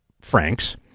Franks